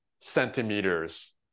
centimeters